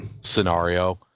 scenario